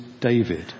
David